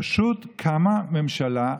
פשוט קמה ממשלה,